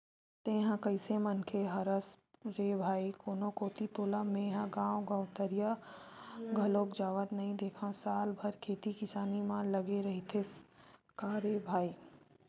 तेंहा कइसे मनखे हरस रे भई कोनो कोती तोला मेंहा गांव गवतरई घलोक जावत नइ देंखव साल भर खेती किसानी म लगे रहिथस का रे भई?